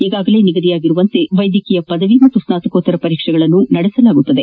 ಈಗಾಗಲೇ ನಿಗದಿಯಾಗಿರುವಂತೆ ವೈದ್ಯಕೀಯ ಪದವಿ ಮತ್ತು ಸ್ನಾತಕೋತ್ತರ ಪರೀಕ್ಷೆಗಳನ್ನು ನಡೆಸಲಾಗುವುದು